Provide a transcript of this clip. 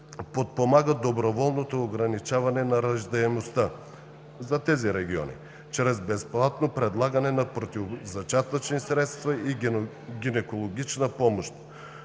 подпомага доброволното ограничаване на раждаемостта за тези региони чрез безплатно предлагане на противозачатъчни средства и гинекологична помощ.